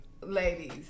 ladies